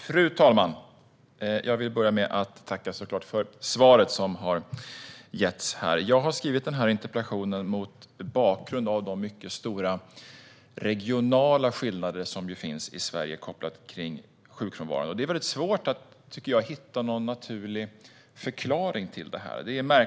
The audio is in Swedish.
Fru talman! Jag tackar statsrådet för svaret. Jag skrev interpellationen mot bakgrund av de stora regionala skillnaderna i sjukfrånvaron i Sverige. Det är svårt att hitta en naturlig förklaring till dem.